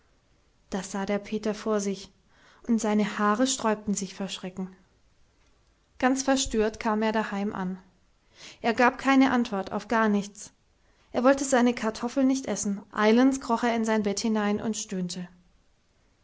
das sah der peter vor sich und seine haare sträubten sich vor schrecken ganz verstört kam er daheim an er gab keine antwort auf gar nichts er wollte seine kartoffeln nicht essen eilends kroch er in sein bett hinein und stöhnte